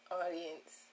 audience